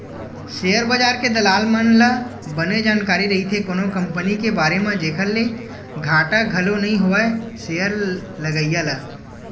share बजार के दलाल मन ल बने जानकारी रहिथे कोनो कंपनी के बारे म जेखर ले घाटा घलो नइ होवय सेयर लगइया ल